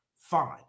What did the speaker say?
fine